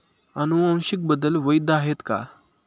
अनुवांशिक बदल वैध आहेत का?